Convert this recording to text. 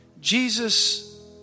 Jesus